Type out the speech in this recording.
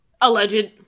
alleged